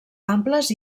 amples